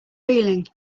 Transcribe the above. feeling